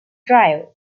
drive